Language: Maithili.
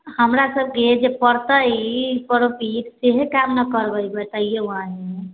हमरा सबके जे पड़तै ई प्रॉफिट सेहे काम न करबै बतैयौ अहीं